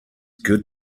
good